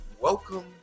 welcome